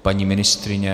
Paní ministryně?